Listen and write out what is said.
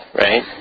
right